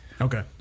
Okay